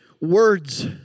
words